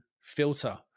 filter